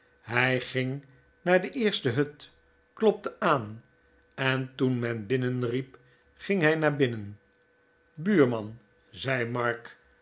hij ging naar de eerste hut klopte aan en toen men binnen riep ging hij naar binnen buurman zei mark